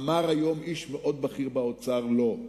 אמר היום איש בכיר מאוד באוצר: לא.